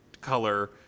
color